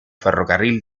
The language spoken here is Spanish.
ferrocarril